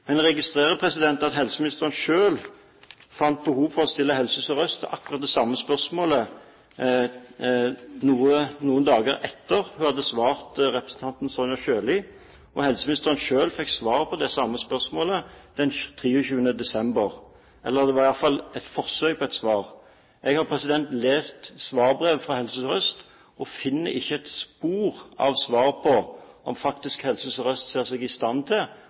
Jeg registrerer at helseministeren selv fant behov for å stille Helse Sør-Øst akkurat det samme spørsmålet noen dager etter at hun hadde svart representanten Sonja Irene Sjøli, og helseministeren fikk svar på det samme spørsmålet den 23. desember – det var i hvert fall et forsøk på svar. Jeg har lest svarbrevet fra Helse Sør-Øst og finner ikke spor av svar på om Helse Sør-Øst faktisk ser seg i stand til